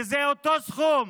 וזה אותו סכום